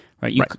right